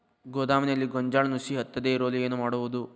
ಗೋದಾಮಿನಲ್ಲಿ ಗೋಂಜಾಳ ನುಸಿ ಹತ್ತದೇ ಇರಲು ಏನು ಮಾಡುವುದು?